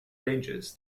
ranges